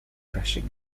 crushing